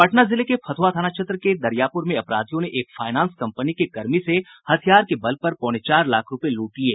पटना जिले के फतुहा थाना क्षेत्र के दरियापुर में अपराधियों ने एक फायनांस कंपनी के कर्मी से हथियार के बल पर पौने चार लाख रूपये लूट लिये